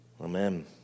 amen